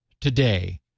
today